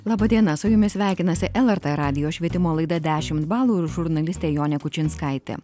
laba diena su jumis sveikinasi lrt radijo švietimo laida dešimt balų ir žurnalistė jonė kučinskaitė